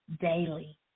daily